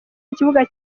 ikibuga